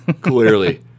Clearly